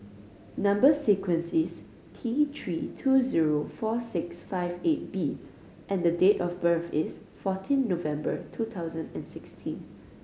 number sequence is T Three two zero four six five eight B and date of birth is fourteen November two thousand and sixteen